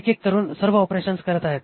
एक एक करून सर्व ऑपरेशन्स करत आहेत